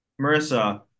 Marissa